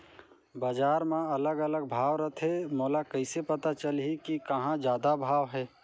बजार मे अलग अलग भाव रथे, मोला कइसे पता चलही कि कहां जादा भाव हे?